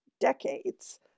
decades